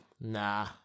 nah